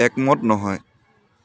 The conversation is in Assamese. একমত নহয়